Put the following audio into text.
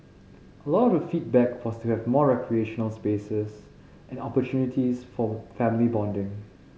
a lot of the feedback was to have more recreational spaces and opportunities for family bonding